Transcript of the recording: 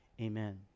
Amen